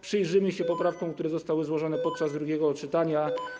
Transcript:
Przyjrzymy się poprawkom, które zostały złożone podczas drugiego czytania.